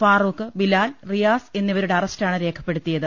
ഫാറൂ ഖ് ബിലാൽ റിയാസ് എന്നിവരുടെ അറസ്റ്റാണ് രേഖപ്പെടുത്തിയ ത്